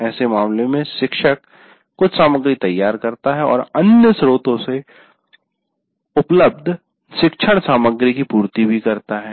ऐसे मामले में शिक्षक कुछ सामग्री तैयार करता है और अन्य स्रोतों से उपलब्ध शिक्षण सामग्री की पूर्ति भी करता है